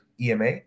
EMA